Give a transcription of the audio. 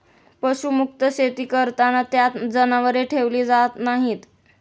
पशुमुक्त शेती करताना त्यात जनावरे ठेवली जात नाहीत